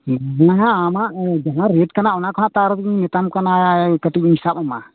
ᱟᱢᱟᱜ ᱡᱟᱦᱟᱸ ᱨᱮᱴ ᱠᱟᱱᱟ ᱚᱱᱟ ᱠᱷᱚᱱᱟᱜ ᱛᱟᱨ ᱢᱮᱛᱟᱢ ᱠᱟᱱᱟ ᱠᱟ ᱴᱤᱡ ᱤᱧ ᱥᱟᱵ ᱟᱢᱟ